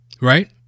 right